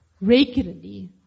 regularly